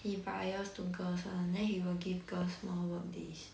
he bias to girls one then he will give girls more work days